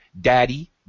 Daddy